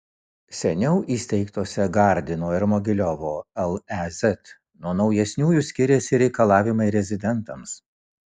seniau įsteigtose gardino ir mogiliovo lez nuo naujesniųjų skiriasi ir reikalavimai rezidentams